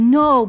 no